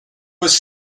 was